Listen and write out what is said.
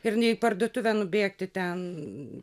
ir nei į parduotuvę nubėgti ten